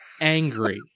angry